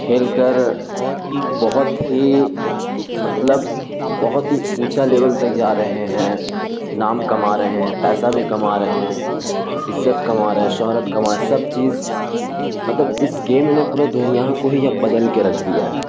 کھیل کر بہت ہی مطلب بہت ہی اونچا لیول تک جا رہے ہیں نام کما رہے ہیں پیسہ بھی کما رہے ہیں عزت کما رہے ہیں شہرت کما رہے ہیں سب چیز مطلب اس گیم نے پورا دنیا کو ہی اب بدل کے رکھ دیا ہے